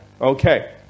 Okay